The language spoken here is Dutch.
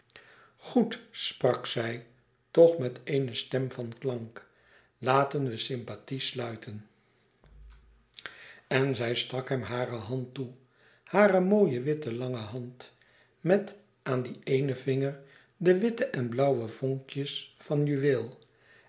goed sprak zij toch met eene stem van klank laten we sympathie sluiten en zij stak hem hare hand toe hare mooie witte lange hand met aan dien eénen vinger de witte en blauwe vonkjes van juweel